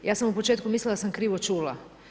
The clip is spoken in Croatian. Ja sam u početku mislila da sam krivo čula.